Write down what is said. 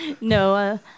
No